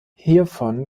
hiervon